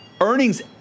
earnings